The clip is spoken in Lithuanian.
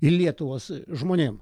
lietuvos žmonėm